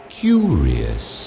curious